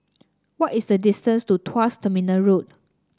what is the distance to Tuas Terminal Road